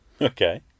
Okay